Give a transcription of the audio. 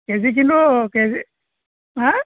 KG কিন্তু kg হাঁ